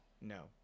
No